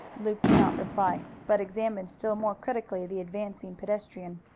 luke did not reply, but examined still more critically the advancing pedestrian.